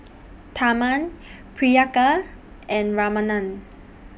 Tharman Priyanka and Ramanand